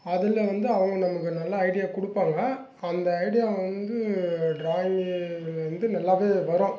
அதில் வந்து அவர்களுக்கு நல்லா ஐடியா கொடுப்பாங்க அந்த ஐடியாவை வந்து ட்ராயிங்கு வந்து நல்லாவே வரும்